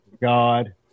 God